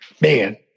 man